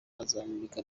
azamurika